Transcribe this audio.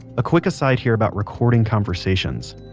a quick aside here about recording conversations,